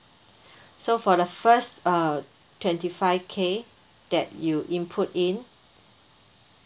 so for the first uh twenty five K that you input in